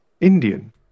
indian